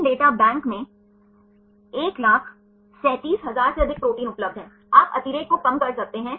इसलिए मैंने अन्य नियमित संरचनाओं को संदर्भित किया है जिन्हें केवल टर्न्स कहा जाता है